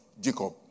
Jacob